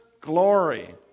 Glory